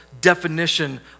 definition